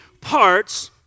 parts